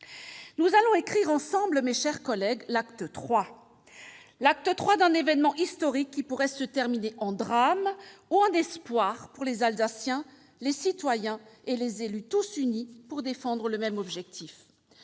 nous allons écrire ensemble l'acte III d'un événement historique qui pourrait se terminer en drame ou en espoir pour les Alsaciens, les citoyens et les élus, tous unis pour défendre le même objectif.